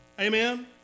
Amen